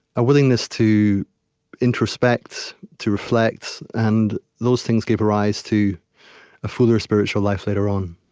a willingness to introspect, to reflect. and those things gave rise to a fuller spiritual life, later on